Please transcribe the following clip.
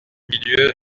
milieu